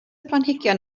planhigion